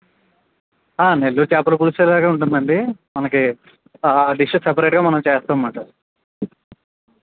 నెల్లూరు చేపలు పులుసు ఇలాగే ఉంటుంది అండి మనకు ఆ డిష్ సపరేట్గా మనం చేస్తాం అన్నమాట